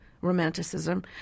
romanticism